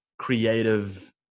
creative